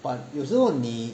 but 有时候你